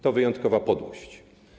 To wyjątkowa podłość.